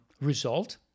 result